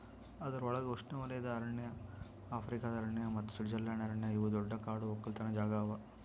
ಅದುರ್ ಒಳಗ್ ಉಷ್ಣೆವಲಯದ ಅರಣ್ಯ, ಆಫ್ರಿಕಾದ ಅರಣ್ಯ ಮತ್ತ ಸ್ವಿಟ್ಜರ್ಲೆಂಡ್ ಅರಣ್ಯ ಇವು ದೊಡ್ಡ ಕಾಡು ಒಕ್ಕಲತನ ಜಾಗಾ ಅವಾ